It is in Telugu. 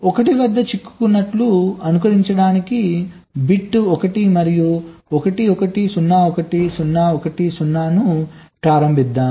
1 వద్ద చిక్కుకున్నట్లు అనుకరించడానికి బిట్ 1 మరియు 1 1 0 1 0 1 0 ను ప్రారంభిద్దాం